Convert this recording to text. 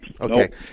Okay